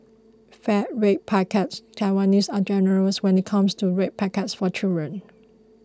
fat red packets Taiwanese are generous when it comes to red packets for children